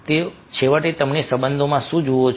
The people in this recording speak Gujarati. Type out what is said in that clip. તો છેવટે તમે સંબંધમાં શું જુઓ છો